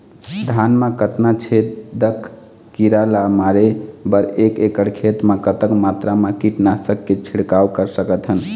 धान मा कतना छेदक कीरा ला मारे बर एक एकड़ खेत मा कतक मात्रा मा कीट नासक के छिड़काव कर सकथन?